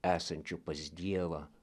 esančio pas dievą